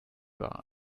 bar